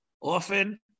Often